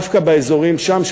דווקא באזורים שם,